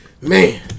man